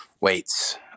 weights